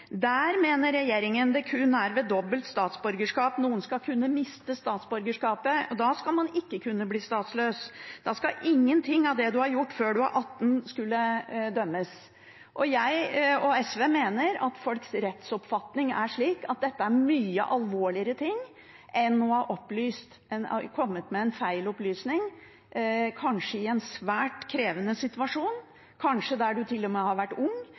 Der mener regjeringen det kun er ved dobbelt statsborgerskap noen skal kunne miste statsborgerskapet. Da skal man ikke kunne bli statsløs, og da skal ingenting av det man har gjort før man er 18 år, kunne dømmes. Jeg og SV mener at folks rettsoppfatning er slik at dette er mye alvorligere enn å ha kommet med en feil opplysning i en kanskje svært krevende situasjon, der man kanskje til og med har vært ung